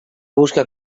busca